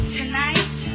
tonight